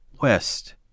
west